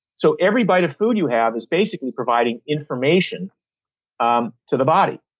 so every bite of food you have is basically providing information um to the body.